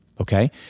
okay